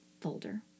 folder